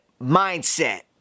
Mindset